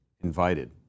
invited